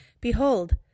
Behold